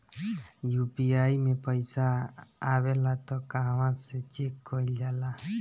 UPI मे पइसा आबेला त कहवा से चेक कईल जाला?